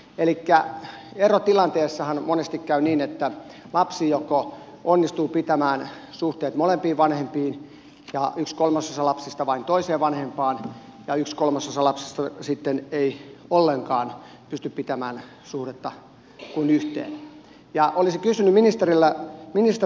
elikkä erotilanteessahan monesti käy niin että lapsi onnistuu pitämään suhteet molempiin vanhempiin yksi kolmasosa lapsista vain toiseen vanhempaan ja yksi kolmasosa lapsista sitten ei ollenkaan pysty pitämään suhdetta kuin yhteen